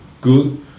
good